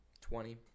Twenty